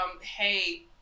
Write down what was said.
hey